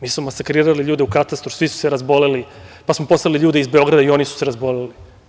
Mi smo masakrirali ljude u katastru, svi su razboleli, pa smo poslali ljude iz Beograda i oni su se razboleli.